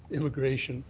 immigration,